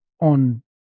on